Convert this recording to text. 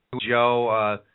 Joe –